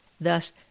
Thus